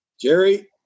Jerry